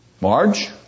Marge